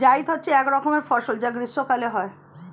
জায়িদ হচ্ছে এক রকমের ফসল যা গ্রীষ্মকালে হয়